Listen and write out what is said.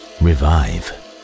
revive